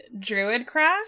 Druidcraft